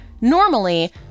normally